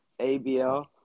abl